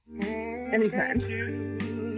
Anytime